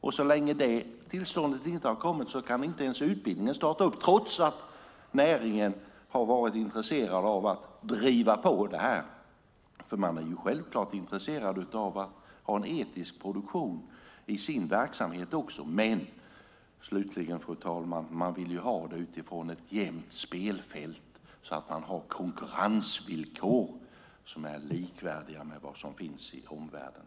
Och så länge som detta tillstånd inte har kommit kan inte utbildningen starta, trots att näringen har varit intresserad av att driva på det här, för man är ju självklart intresserad av att ha en etisk produktion i sin verksamhet. Men slutligen, fru talman, vill man ju ha det utifrån ett jämnt spelfält så att man har konkurrensvillkor som är likvärdiga med de som finns i omvärlden.